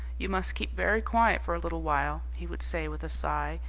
you must keep very quiet for a little while, he would say with a sigh,